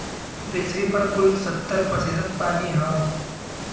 पृथ्वी पर कुल सत्तर प्रतिशत पानी हउवे